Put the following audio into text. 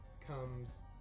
comes